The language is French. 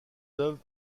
œuvres